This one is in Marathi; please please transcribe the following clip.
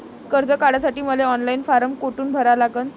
कर्ज काढासाठी मले ऑनलाईन फारम कोठून भरावा लागन?